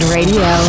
Radio